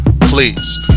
Please